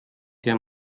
der